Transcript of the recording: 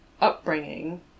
upbringing